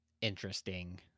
interesting